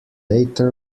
data